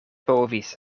povis